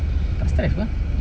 tak stress pun